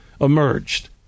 emerged